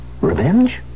Revenge